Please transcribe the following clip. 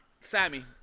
Sammy